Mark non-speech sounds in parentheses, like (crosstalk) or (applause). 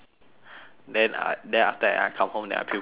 then I then after that I come home then I (noise) you